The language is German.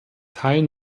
teilen